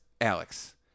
Alex